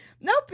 nope